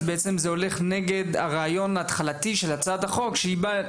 אז בעצם זה הולך נגד הרעיון ההתחלתי של הצעת החוק שהיא באה